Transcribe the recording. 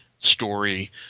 story